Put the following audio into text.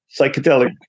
Psychedelic